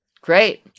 Great